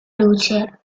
luce